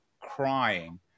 crying